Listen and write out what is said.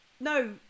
no